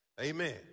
Amen